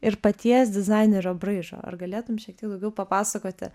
ir paties dizainerio braižo ar galėtum šiek tiek daugiau papasakoti